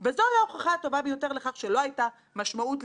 לעסקי הענק ולא לחברות קטנות ובינוניות,